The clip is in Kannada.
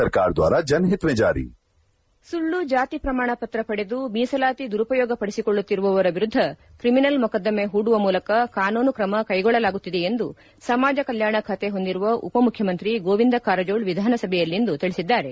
ಸುಳ್ಳು ಜಾತಿ ಶ್ರಮಾಣಪತ್ರ ಪಡೆದು ಮೀಸಲಾತಿ ದುರುಪಯೋಗ ಪಡಿಸಿಕೊಳ್ಳುತ್ತಿರುವವರ ವಿರುದ್ದ ತ್ರಿಮಿನಲ್ ಮೊಕದ್ದಮ ಹೂಡುವ ಮೂಲಕ ಕಾನೂನು ಕ್ರಮ ಕೈಗೊಳ್ಳಲಾಗುತ್ತಿದೆ ಎಂದು ಸಮಾಜ ಕಲ್ಲಾಣ ಖಾತೆ ಹೊಂದಿರುವ ಉಪಮುಖ್ಯಮಂತ್ರಿ ಗೋವಿಂದ ಕಾರಜೋಳ ವಿಧಾನಸಭೆಯಲ್ಲಿಂದು ತಿಳಿಸಿದ್ದಾರೆ